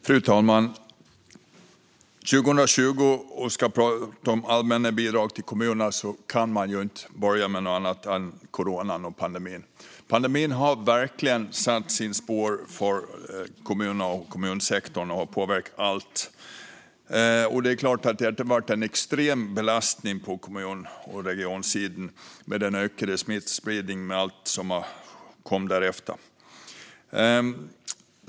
Fru talman! När man 2020 ska prata om allmänna bidrag till kommunerna kan man inte börja med något annat än coronan och pandemin. Pandemin har verkligen satt sina spår hos kommunerna och kommunsektorn och har påverkat allt. Det är klart att det har varit en extrem belastning på kommun och regionsidan med den ökade smittspridningen och allt som kommit därefter.